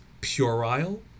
puerile